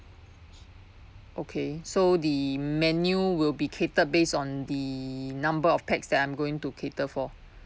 okay so the menu will be catered based on the number of pax that I'm going to cater for